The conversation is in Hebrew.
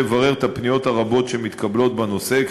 מישורים כדי לברר את הפניות הרבות שמתקבלות הנושא,